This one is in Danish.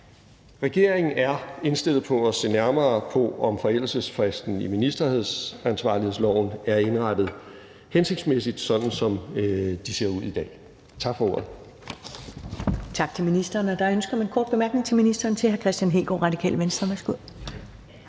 regeringen er indstillet på at se nærmere på, om forældelsesfristerne i ministeransvarlighedsloven er indrettet hensigtsmæssigt, sådan som de ser ud i dag. Tak for ordet. Kl. 10:07 Første næstformand (Karen Ellemann): Tak til ministeren. Der er ønske om en kort bemærkning til ministeren fra hr. Kristian Hegaard, Radikale Venstre.